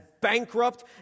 bankrupt